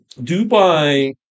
Dubai